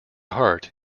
heart